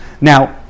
Now